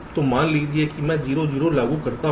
तो मान लीजिए मैं 0 0 लागू करता हूं